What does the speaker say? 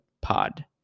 POD